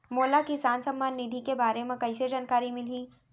मोला किसान सम्मान निधि के बारे म कइसे जानकारी मिलही?